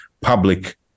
public